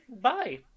Bye